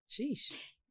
Sheesh